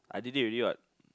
I did it already what